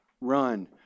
Run